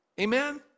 Amen